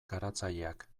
garatzaileak